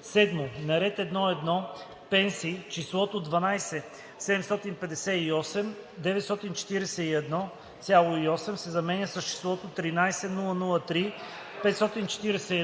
7. На ред „1.1. Пенсии” числото „12 758 941,8” се заменя с числото „13 003